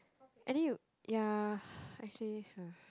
any you ya actually